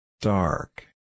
Dark